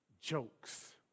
jokes